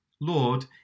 Lord